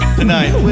tonight